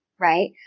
right